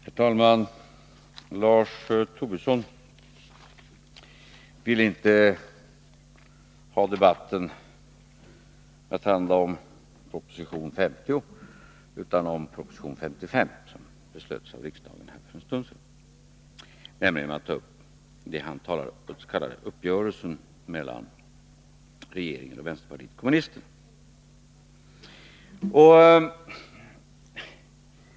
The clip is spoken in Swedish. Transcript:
Nr 52 Herr talman! Lars Tobisson vill inte att debatten skall handla om proposition 50 utan om proposition 55, som riksdagen beslöt om för en stund sedan. Han tar ju upp den s.k. uppgörelsen mellan regeringen och vänsterpartiet kommunisterna.